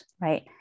right